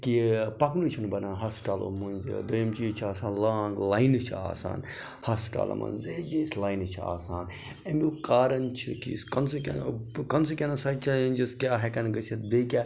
کہِ پَکنُے چھِنہٕ بَنان ہاسپِٹَلو مٔنٛزۍ دوٚیِم چیٖز چھِ آسان لانٛگ لاینہٕ چھِ آسان ہاسپِٹَلَن منٛز زیچھِ زیچھِ لاینہٕ چھِ آسان اَمیُک کارَن چھِ کہِ یُس کَنسِوکیو کَسِکیونٕس یا چٮ۪لینٛجٕس کیٛاہ ہٮ۪کَن گٔژھِتھ بیٚیہِ کیٛاہ